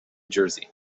jersey